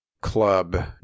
club